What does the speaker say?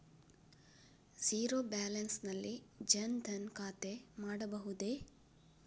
Zero balance ನಲ್ಲಿ ಜನ್ ಧನ್ ಖಾತೆ ಮಾಡಬಹುದೇ?